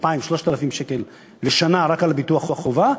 2,000, 3,000 אלפים שקל לשנה רק על ביטוח חובה.